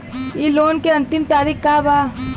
इ लोन के अन्तिम तारीख का बा?